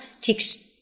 takes